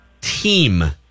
Team